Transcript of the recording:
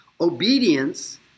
Obedience